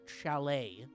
Chalet